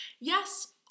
Yes